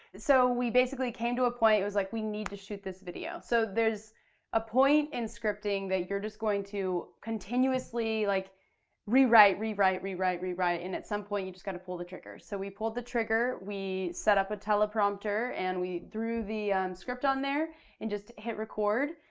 so we basically came to a point, it was like we need to shoot this video. so there's a point in scripting that you're just going to continuously like rewrite, rewrite, rewrite, rewrite and at some point you just got to pull the trigger. so we pulled the trigger, we set up a teleprompter and we threw the script on there and just hit record,